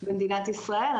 במדינת ישראל,